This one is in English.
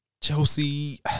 Chelsea